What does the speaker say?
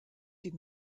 die